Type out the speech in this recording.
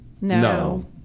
No